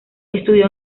estudió